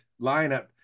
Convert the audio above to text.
lineup